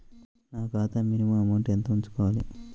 నా ఖాతా minimum amount ఎంత ఉంచుకోవాలి?